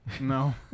No